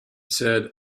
said